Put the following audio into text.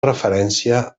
referència